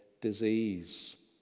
disease